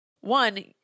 one